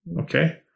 Okay